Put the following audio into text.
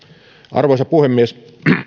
arvoisa puhemies